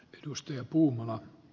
edustaja puma